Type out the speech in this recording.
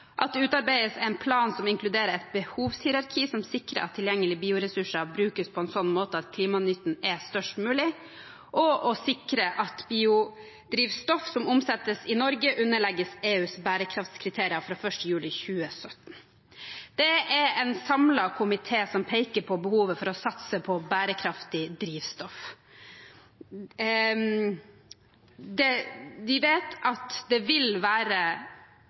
at det utarbeides en plan som inkluderer et behovshierarki som sikrer at tilgjengelige bioressurser brukes på en slik måte at klimanytten er størst mulig, og om å sikre at biodrivstoff som omsettes i Norge, underlegges EUs bærekraftskriterier fra 1. juli 2017. Det er en samlet komité som peker på behovet for å satse på bærekraftig drivstoff. Vi vet at det vil være